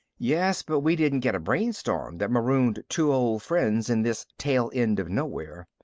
yes, but we didn't get a brainstorm that marooned two old friends in this tail end of nowhere.